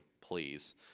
please